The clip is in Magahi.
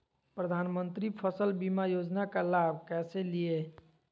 प्रधानमंत्री फसल बीमा योजना का लाभ कैसे लिये?